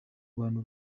bantu